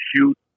shoot